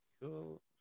Cool